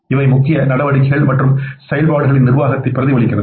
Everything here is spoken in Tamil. இவை முக்கிய நடவடிக்கைகள் மற்றும் செயல்பாடுகளின் நிர்வாகத்தை பிரதிபலிக்கிறது